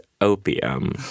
opium